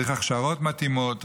צריך הכשרות מתאימות,